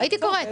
קוראת.